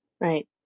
Right